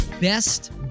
best